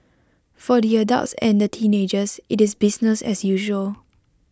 for the adults and the teenagers IT is business as usual